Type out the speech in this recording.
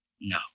No